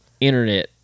internet